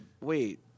wait